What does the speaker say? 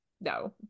no